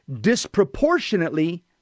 disproportionately